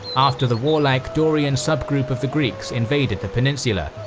after the warlike dorian subgroup of the greeks invaded the peninsula,